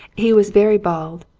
he was very bald,